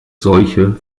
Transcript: solche